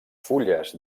fulles